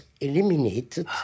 eliminated